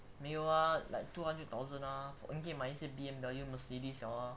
没有 ah like two hundred thousand ah then 可以买 B_M_W mercedes liao ah